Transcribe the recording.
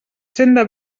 senda